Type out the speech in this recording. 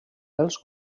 els